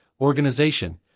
organization